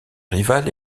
rival